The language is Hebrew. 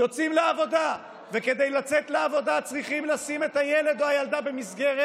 יוצאים לעבודה וכדי לצאת לעבודה צריכים לשים את הילד או הילדה במסגרת.